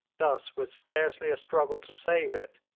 thus, with scarcely a struggle to save it,